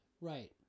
Right